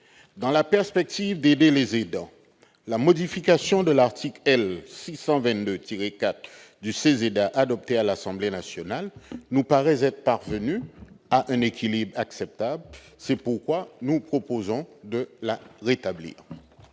Dans la perspective d'aider les aidants, la modification de l'article L. 622-4 du CESEDA adoptée par l'Assemblée nationale nous paraît avoir atteint un équilibre acceptable. C'est pourquoi nous proposons de la rétablir.